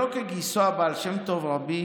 בניגוד לגיסו הבעל שם טוב, רבי